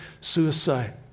suicide